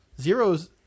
Zeros